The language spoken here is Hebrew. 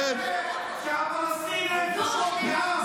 כי אתה אומר שהפלסטינים הם פחות מעם.